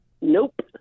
Nope